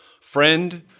friend